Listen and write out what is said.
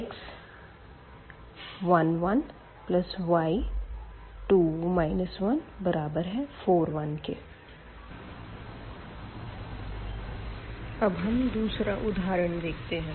x1 1 y2 1 4 1 अब हम दूसरा उदाहरण देखते है